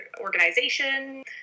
organization